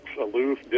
aloof